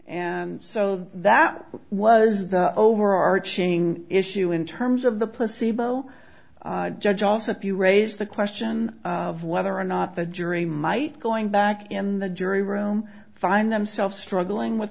and so that was the overarching issue in terms of the placebo judge also if you raise the question of whether or not the jury might going back in the jury room find themselves struggling with